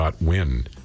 win